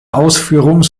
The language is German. ausführung